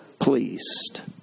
pleased